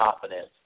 confidence